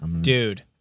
dude